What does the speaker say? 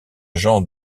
jean